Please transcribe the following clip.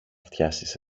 φτιάσεις